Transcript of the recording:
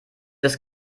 des